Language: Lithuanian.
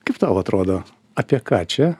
kaip tau atrodo apie ką čia